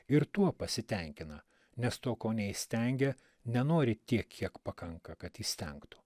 ir tuo pasitenkina nes to ko neįstengia nenori tiek kiek pakanka kad įstengtų